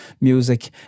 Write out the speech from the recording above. music